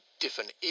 different